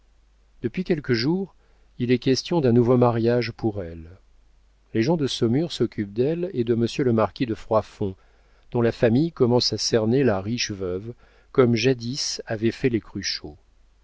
depuis quelques jours il est question d'un nouveau mariage pour elle les gens de saumur s'occupent d'elle et de monsieur le marquis de froidfond dont la famille commence à cerner la riche veuve comme jadis avaient fait les cruchot